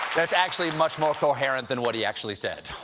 that's actually much more coherent than what he actually said.